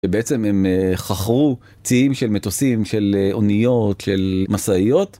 ובעצם הם חכרו ציים של מטוסים, של אוניות, של משאיות....